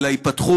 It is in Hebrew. אלא ייפתחו,